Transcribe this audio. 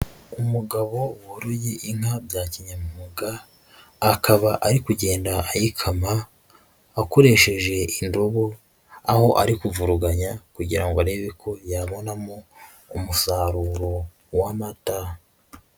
Umugabo woroye inka bya kinyamwuga, akaba ari kugenda ayikama, akoresheje indobo, aho ari kuvuruganya kugira ngo arebe ko yabonamo umusaruro w'amata.